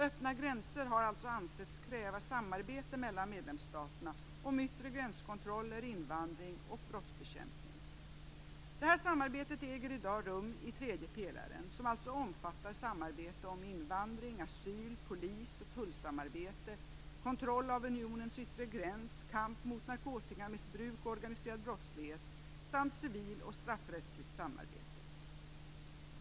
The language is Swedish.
Öppna gränser har alltså ansetts kräva samarbete mellan medlemsstaterna om yttre gränskontroller, invandring och brottsbekämpning. Detta samarbete äger i dag rum i tredje pelaren, som alltså omfattar samarbete om invandring och asyl, polis och tullsamarbete, kontroll av unionens yttre gräns, kamp mot narkotikamissbruk och organiserad brottslighet samt civil och straffrättsligt samarbete.